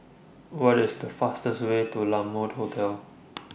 What IS The fastest Way to La Mode Hotel